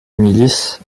milice